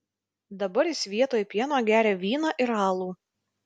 dabar jis vietoj pieno geria vyną ir alų